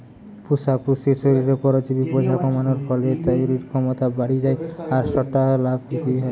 পুশা পশুর শরীরে পরজীবি বোঝা কমানার ফলে তইরির ক্ষমতা বাড়ি যায় আর সউটা লাভ বি হয়